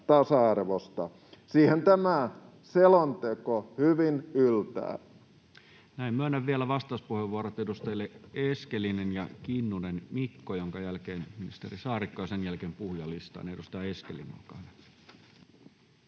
Siihen tämä selonteko hyvin yltää.